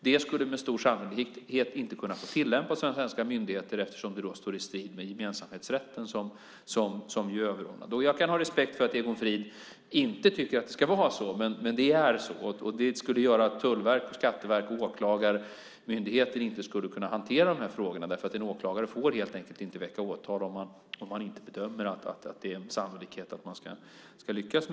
De skulle med stor sannolikhet inte få tillämpas av svenska myndigheter eftersom det då står i strid med den överordnade gemenskapsrätten. Jag kan ha respekt för att Egon Frid inte tycker att det ska vara så, men det är så. Det skulle göra att Tullverket, Skatteverket och Åklagarmyndigheten inte skulle kunna hantera frågorna eftersom en åklagare inte får väcka åtal om han inte bedömer det sannolikt att åtalet ska lyckas.